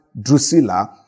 Drusilla